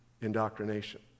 indoctrination